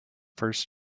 first